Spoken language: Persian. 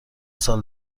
سال